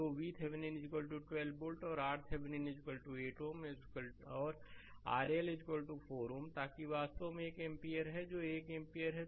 तोVThevenin 12 volt और RThevenin 8 Ω औरRL 4 Ω ताकि वास्तव में 1 एम्पीयर है जो 1 एम्पीयर है